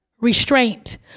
Restraint